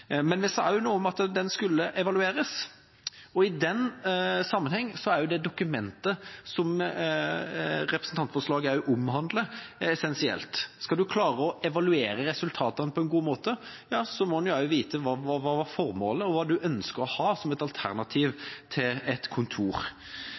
Men vi sa også noe om at den skulle evalueres. I den sammenheng er det dokumentet som også representantforslaget omhandler, essensielt. Skal en klare å evaluere resultatene på en god måte, må en også vite hva som var formålet, og hva en ønsker å ha som et alternativ